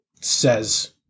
says